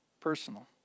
Personal